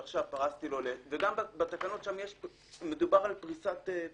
וגם בתקנות שם מדובר על פריסת תשלום.